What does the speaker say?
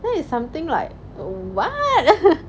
then is something like err what